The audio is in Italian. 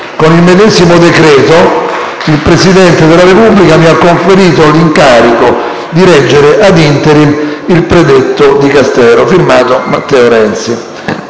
Con il medesimo decreto il Presidente della Repubblica mi ha conferito l'incarico di reggere ad interim il predetto Dicastero. *F.to* Matteo Renzi».